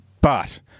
But-